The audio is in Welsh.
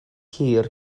hir